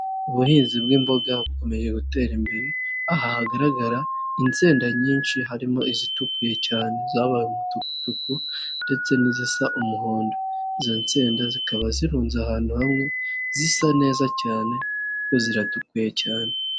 Ubuhinzi bw'imboga bukomeje gutera imbere aha hagaragara insenda nyinshi harimo izitukuye cyane zabaye umutukutuku ndetse n'izisa umuhondo, izo nsinnda zikaba zirunze ahantu hamwe zisa neza cyane kuko ziratukuye cyane.